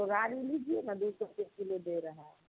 बोगारी लीजिए ना दो सौ बीस किलो दे रहे हैं